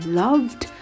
loved